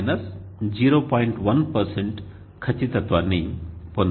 1 ఖచ్చితత్వాన్ని పొందవచ్చు